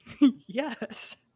Yes